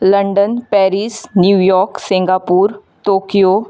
London Paris New York Singapore Tokyo